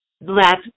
let